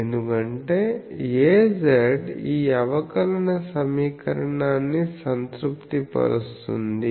ఎందుకంటే Az ఈ అవకలన సమీకరణాన్ని సంతృప్తిపరుస్తుంది